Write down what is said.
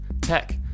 tech